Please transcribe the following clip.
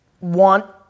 want